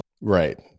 right